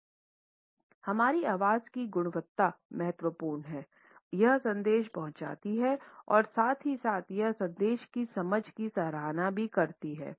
हमारी आवाज़ की गुणवत्ता महत्वपूर्ण है यह संदेश पहुँचाती है और साथ ही साथ यह संदेश की समझ की सराहना भी करती हैं